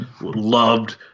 loved